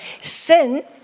Sin